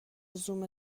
زوم